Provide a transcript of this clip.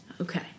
Okay